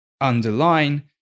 underline